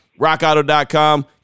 rockauto.com